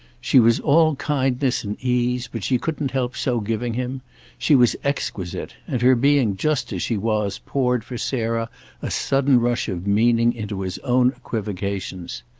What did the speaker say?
she was all kindness and ease, but she couldn't help so giving him she was exquisite, and her being just as she was poured for sarah a sudden rush of meaning into his own equivocations.